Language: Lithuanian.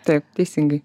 taip teisingai